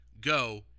Go